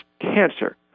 cancer